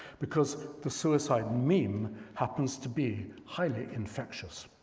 because the suicide meme happens to be highly infectious.